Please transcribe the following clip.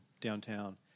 downtown